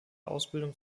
ausbildung